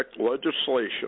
legislation